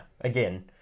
again